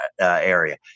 area